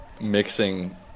mixing